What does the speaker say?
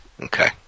Okay